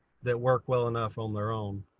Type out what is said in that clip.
that work well enough on their own.